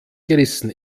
gerissen